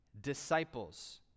disciples